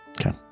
Okay